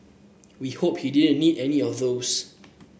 we hope he didn't need any of those